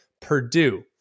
Purdue